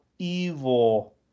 evil